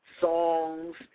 songs